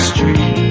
Street